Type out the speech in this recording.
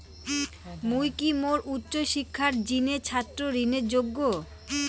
মুই কি মোর উচ্চ শিক্ষার জিনে ছাত্র ঋণের যোগ্য?